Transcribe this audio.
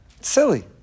Silly